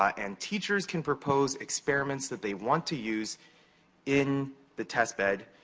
and teachers can propose experiments that they want to use in the test bed.